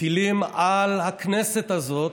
טילים על הכנסת הזאת,